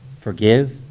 Forgive